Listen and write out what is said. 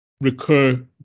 recur